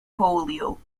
polio